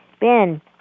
Ben